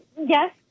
yes